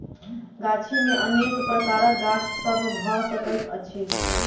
गाछी मे अनेक प्रकारक गाछ सभ भ सकैत अछि